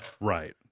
right